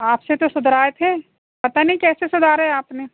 आपसे तो सुधराए थे पता नहीं कैसे सुधारे आपने